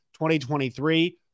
2023